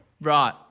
Right